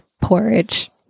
porridge